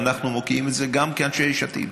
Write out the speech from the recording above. ואנחנו מוקיעים את זה גם כאנשי יש עתיד.